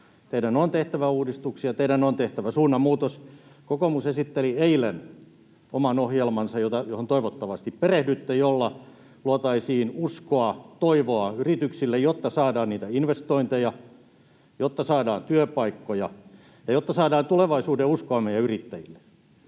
Teidän on tehtävä uudistuksia, teidän on tehtävä suunnanmuutos. Kokoomus esitteli eilen oman ohjelmansa, johon toivottavasti perehdytte, jolla luotaisiin uskoa, toivoa yrityksille, jotta saadaan niitä investointeja, jotta saadaan työpaikkoja ja jotta saadaan tulevaisuudenuskoa meidän yrittäjillemme.